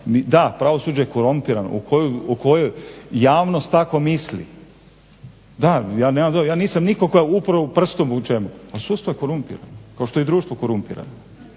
Da, pravosuđe je korumpirano o kojoj javnost tako misli. Da, ja nisam u nikoga upro prstom u čelo. Pa sustav je korumpiran kao što je i društvo korumpirano,